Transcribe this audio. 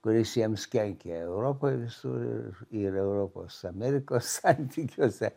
kuris jiems kenkė europoj visur ir ir europos amerikos santykiuose